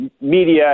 media